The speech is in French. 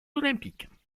olympiques